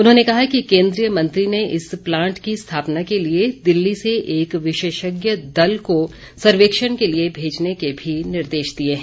उन्होंने कहा कि केन्द्रीय मंत्री ने इस प्लांट की स्थापना के लिए दिल्ली से एक विशेषज्ञ दल को सर्वेक्षण के लिए भेजने के भी निर्देश दिए हैं